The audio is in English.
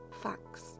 Facts